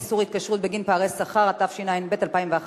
שינוי תקופת אכשרה לקבלת דמי לידה